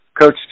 Coach